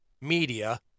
media